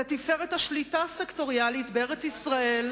לתפארת השליטה הסקטוריאלית בארץ-ישראל,